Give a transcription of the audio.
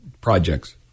projects